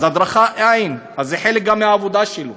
הדרכה אין, אז גם זה חלק מהעבודה שלו,